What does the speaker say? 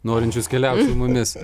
norinčius keliaut su mumis